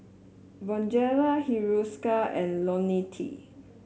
Bonjela Hiruscar and IoniL T